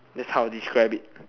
that's how I describe it